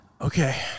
Okay